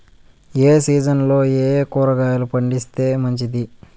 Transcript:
ఏ సీజన్లలో ఏయే కూరగాయలు పండిస్తే మంచిది